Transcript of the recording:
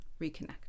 reconnect